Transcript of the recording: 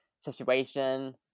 situation